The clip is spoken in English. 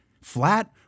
flat